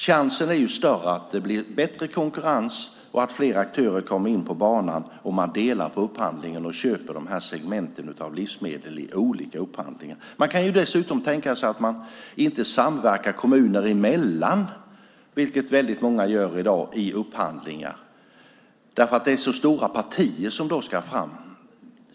Chansen är större att det blir bättre konkurrens och att fler aktörer kommer in på banan om man delar på upphandlingen och köper dessa segment av livsmedel i olika upphandlingar. Man kan undvika att samverka kommuner emellan. Många kommuner gör det i dag vid upphandlingar, och då blir det så stora partier som ska fram.